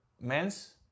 men's